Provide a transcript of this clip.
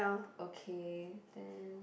okay then